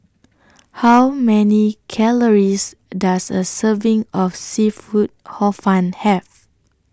How Many Calories Does A Serving of Seafood Hor Fun Have